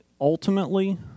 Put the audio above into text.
Ultimately